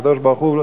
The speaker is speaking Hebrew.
הקדוש-ברוך-הוא,